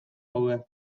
daude